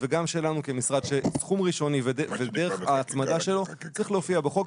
וגם שלנו כמשרד שסכום ראשוני ודרך ההצמדה שלו צריך להופיע בחוק.